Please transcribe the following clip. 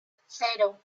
cero